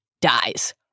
dies